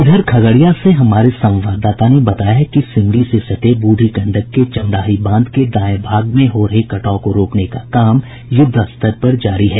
इधर खगड़िया से हमारे संवाददाता ने बताया है कि सिमरी से सटे ब्रढ़ी गंडक के चमराही बांध के दायें भाग में हो रहे कटाव को रोकने का काम युद्धस्तर पर जारी है